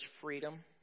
freedom